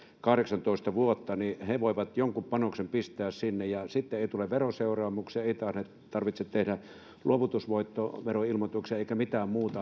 kahdeksantoista vuotta eli he voivat jonkun panoksen pistää sinne ja sitten ei tule veroseuraamuksia ei tarvitse tarvitse tehdä luovutusvoittoveroilmoituksia eikä mitään muuta